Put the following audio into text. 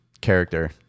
character